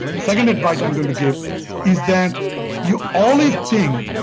second advice i'm going to give is that you always think.